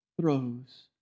throws